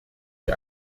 die